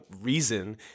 reason